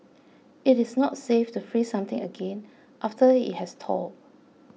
it is not safe to freeze something again after it has thawed